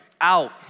out